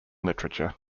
literature